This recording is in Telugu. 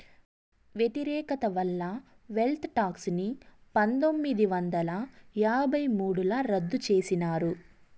వ్యతిరేకత వల్ల వెల్త్ టాక్స్ ని పందొమ్మిది వందల యాభై మూడుల రద్దు చేసినారు